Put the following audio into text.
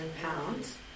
pounds